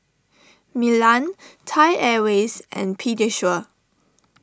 Milan Thai Airways and Pediasure